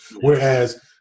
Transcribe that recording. Whereas